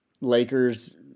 lakers